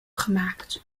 gemaakt